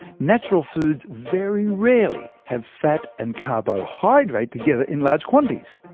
natural foods very rarely have fat and carbohydrate together in large quantities.